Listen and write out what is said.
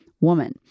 woman